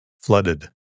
Flooded